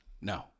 no